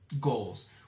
goals